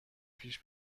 پیش